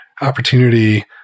opportunity